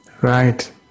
Right